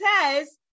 says